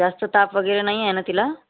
जास्त ताप वगैरे नाही आहे ना तिला